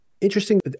Interesting